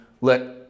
let